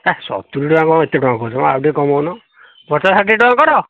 ହେ ସତୁରି ଟଙ୍କା କ'ଣ ଏତେ ଟଙ୍କା କହୁଛ ମ ଆଉ ଟିକିଏ କମଉନ ପଚାଶ ଷାଠିଏ ଟଙ୍କା କର